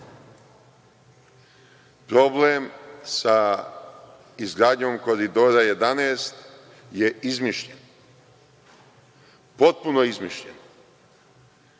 sa izgradnjom Koridora 11 je izmišljen. Potpuno izmišljen,